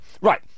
Right